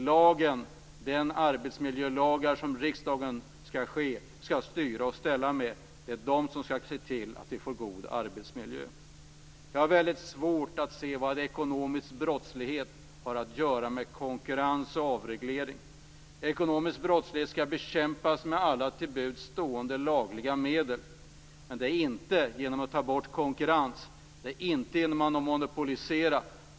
Det är de arbetsmiljölagar som riksdagen skall styra och ställa med som skall se till att vi får en god arbetsmiljö. Jag har väldigt svårt att se vad ekonomisk brottslighet har att göra med konkurrens och avreglering. Ekonomisk brottslighet skall bekämpas med alla till buds stående lagliga medel - inte genom att ta bort konkurrens och inte genom att monopolisera.